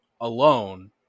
alone